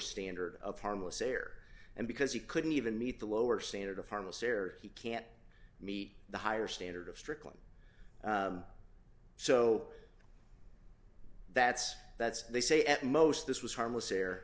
standard of harmless error and because he couldn't even meet the lower standard of harmless error he can't meet the higher standard of strickland so that's that's they say at most this was harmless air